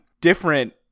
different